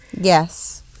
Yes